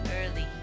early